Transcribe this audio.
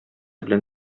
белән